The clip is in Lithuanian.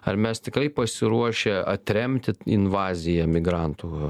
ar mes tikrai pasiruošę atremti invaziją migrantų